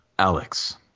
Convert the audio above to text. Alex